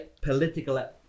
political